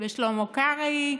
ושלמה קרעי,